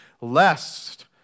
lest